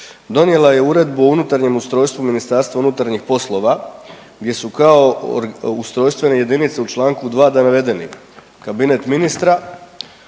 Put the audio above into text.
donijela je Uredbu o unutarnjem ustrojstvu Ministarstva unutarnjih poslova gdje su kao ustrojstvene jedinice u čl. 2. navedeni, kabinet ministra,